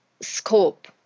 scope